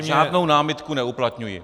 Žádnou námitku neuplatňuji.